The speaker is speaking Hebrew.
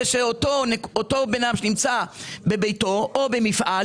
שאותו בן אדם שנמצא בביתו או במפעל,